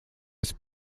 esi